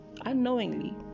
unknowingly